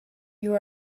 you